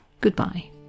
Goodbye